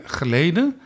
geleden